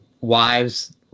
wives